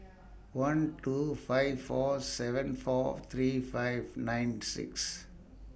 one two five four seven four three five nine six